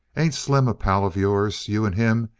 ain't slim a pal of yours? you and him,